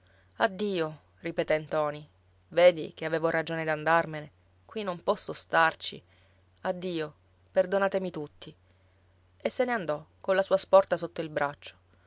addio ripeté ntoni vedi che avevo ragione d'andarmene qui non posso starci addio perdonatemi tutti e se ne andò colla sua sporta sotto il braccio